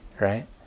right